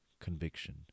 conviction